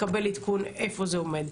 לקבל עדכון איפה זה עומד.